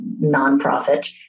nonprofit